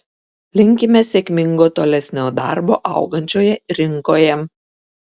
linkime sėkmingo tolesnio darbo augančioje rinkoje